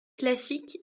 classique